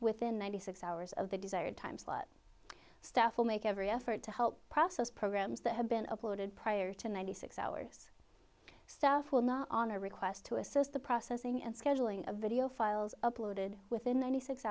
within ninety six hours of the desired timeslot staff will make every effort to help process programs that have been uploaded prior to ninety six hours stuff will not honor a request to assist the processing and scheduling of video files uploaded within